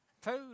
Food